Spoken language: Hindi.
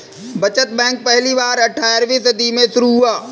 बचत बैंक पहली बार अट्ठारहवीं सदी में शुरू हुआ